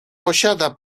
posiada